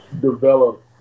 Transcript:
develop